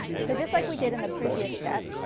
so just like we did in the previous step,